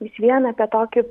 vis vien apie tokį